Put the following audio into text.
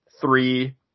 three